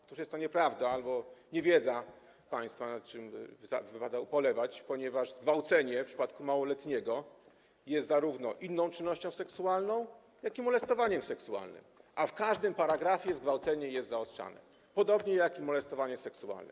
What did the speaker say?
Otóż jest to nieprawda albo państwa niewiedza, nad czym wypada ubolewać, ponieważ zgwałcenie w przypadku małoletniego jest zarówno inną czynnością seksualną, jak i molestowaniem seksualnym, a w każdym paragrafie zgwałcenie jest zaostrzane, podobnie jak i molestowanie seksualne.